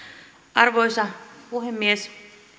arvoisa puhemies